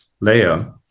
layer